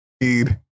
need